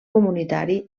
comunitari